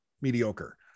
mediocre